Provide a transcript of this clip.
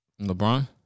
LeBron